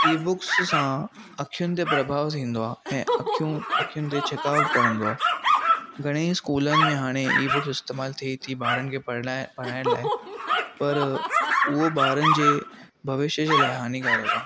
ई books सां अखियुनि ते प्रभाउ थींदो आहे ऐं अखियुनि ते छिकाव पवंदो आहे घणे ही स्कूलनि में हाणे ई बुक्स इस्तैमालु थी थिए ॿारनि खे पढ़ाइणु लाइ पर उहो ॿारनि जे भविष्य जे लाइ हानिकारकु आहे